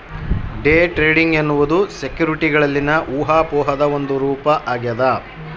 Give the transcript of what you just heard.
day trading ಎನ್ನುವುದು ಸೆಕ್ಯುರಿಟಿಗಳಲ್ಲಿನ ಊಹಾಪೋಹದ ಒಂದು ರೂಪ ಆಗ್ಯದ